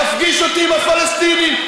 תפגיש אותי עם הפלסטינים.